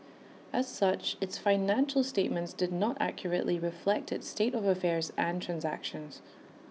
as such its financial statements did not accurately reflect its state of affairs and transactions